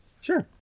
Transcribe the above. Sure